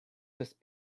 just